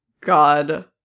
God